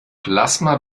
plasma